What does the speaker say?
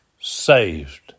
saved